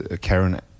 Karen